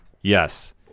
Yes